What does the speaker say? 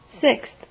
Sixth